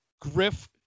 griff